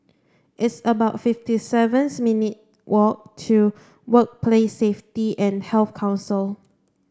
it's about fifty sevens minute walk to Workplace Safety and Health Council